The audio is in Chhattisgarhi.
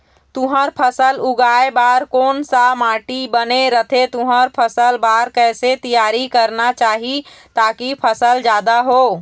तुंहर फसल उगाए बार कोन सा माटी बने रथे तुंहर फसल बार कैसे तियारी करना चाही ताकि फसल जादा हो?